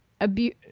Abuse